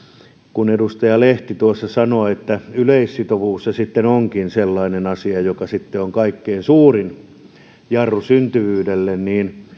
kun edustaja lehti tuossa sanoi että yleissitovuus se sitten onkin sellainen asia joka on kaikkein suurin jarru syntyvyydelle niin